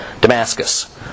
Damascus